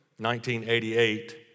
1988